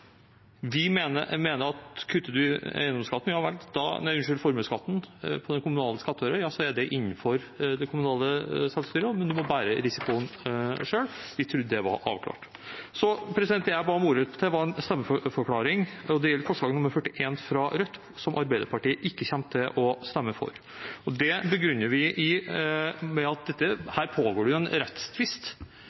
formuesskatten i den kommunale skattøren, er det innenfor det kommunale selvstyret, men man må bære risikoen selv. Vi trodde det var avklart. Det jeg ba om ordet for, var en stemmeforklaring, og det gjelder forslag nr. 41, fra Rødt, som Arbeiderpartiet ikke kommer til å stemme for. Det begrunner vi med at det her pågår en rettstvist om en